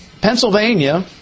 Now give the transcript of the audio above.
Pennsylvania